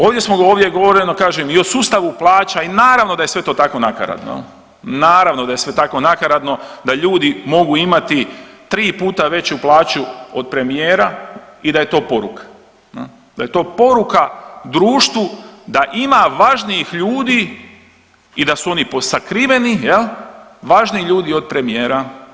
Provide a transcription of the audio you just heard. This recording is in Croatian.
Ovdje je govoreno kažem i o sustavu plaća i naravno da je sve to tako nakaradno, naravno da je sve tako nakaradno da ljudi mogu imati tri puta veću plaću od premijera i da je to poruka, da je to poruka društvu da ima važnijih ljudi i da su oni posakriveni, važniji ljudi od premijera.